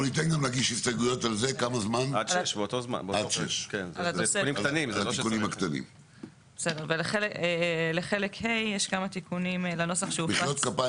עליו הסתייגויות עד השעה 18:00. יש כמה תיקונים לחלק ה' בנוסח שהופץ.